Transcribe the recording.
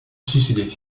suicidé